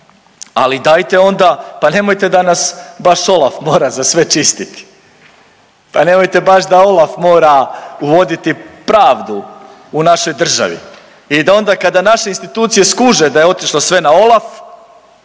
ali dajte onda, pa nemojte da nas baš Olaf mora za sve čistiti. Pa nemojte baš da Olaf mora uvoditi pravdu u našoj državi i da onda kada naše institucije skuže da je otišlo sve na Olaf